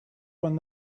when